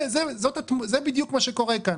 זה בדיוק מה שקורה כאן.